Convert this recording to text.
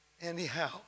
anyhow